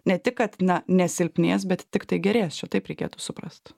ne tik kad ne na nesilpnės bet tiktai gerės taip reikėtų suprast